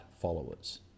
followers